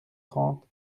trente